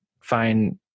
find